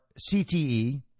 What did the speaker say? CTE